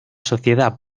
sociedad